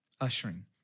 ushering